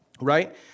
right